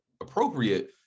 appropriate